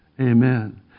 Amen